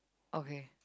okay